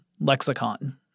lexicon